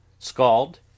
scald